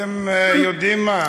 אתם יודעים מה?